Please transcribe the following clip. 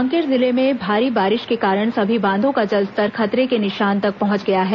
कांकेर जिले में भारी बारिश के कारण सभी बांधों का जलस्तर खतरे के निशान तक पहुंच गया है